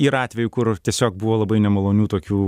yra atvejų kur tiesiog buvo labai nemalonių tokių